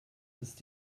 ist